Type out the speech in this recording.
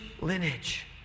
lineage